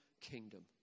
kingdom